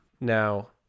Now